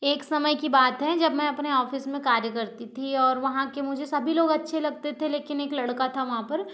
एक समय की बात है जब मैं अपने ऑफिस में कार्य करती थी और वहाँ के मुझे सभी लोग अच्छे लगते थे लेकिन एक लड़का था वहाँ पर